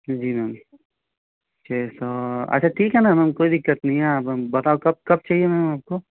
जी ma'am छ सौ अच्छा ठीक है ना मैम कोई दिक्कत नहीं अब हम बताओ आप कब कब चाहिए मैम आपको